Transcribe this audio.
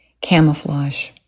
Camouflage